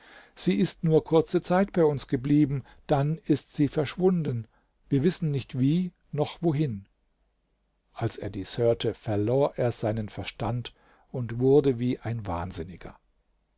sie ist nur kurze zeit bei uns geblieben dann ist sie verschwunden wir wissen nicht wie noch wohin als er dies hörte verlor er seinen verstand und wurde wie ein wahnsinniger